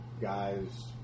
guy's